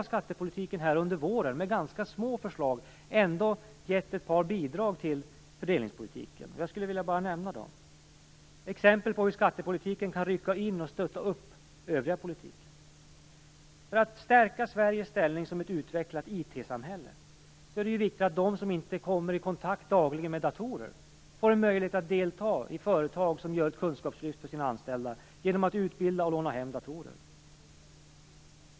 Skattepolitiken har under våren, med ganska små förslag, gett ett par bidrag till fördelningspolitiken, och jag skulle vilja nämna dem. De är exempel på hur skattepolitiken kan rycka in och stötta upp den övriga politiken. För att stärka Sveriges ställning som ett utvecklat IT-samhälle är det viktigt att de som inte dagligen kommer i kontakt med datorer får en möjlighet att delta när företag gör ett kunskapslyft för sina anställda genom utbildning och hemlån av datorer.